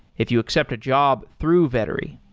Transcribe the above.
if you accept a job through vettery.